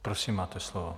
Prosím, máte slovo.